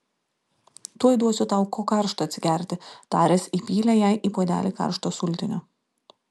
tuoj duosiu tau ko karšto atsigerti taręs įpylė jai į puodelį karšto sultinio